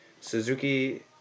Suzuki